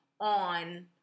on